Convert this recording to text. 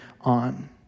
on